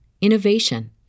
innovation